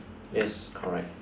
yes correct